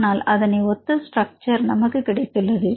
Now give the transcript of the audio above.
அதனால் அதனை ஒத்த ஸ்ட்ரெச்சர் நமக்கு கிடைத்துள்ளது